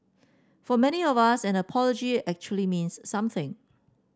for many of us an apology actually means something